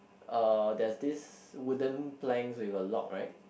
uh there's this wooden planks with a lock right